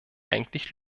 eigentlich